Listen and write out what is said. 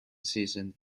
season